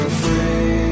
free